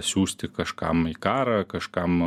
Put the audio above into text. siųsti kažkam į karą kažkam